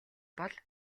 бол